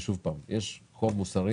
שוב, יש חוב מוסרי